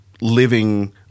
living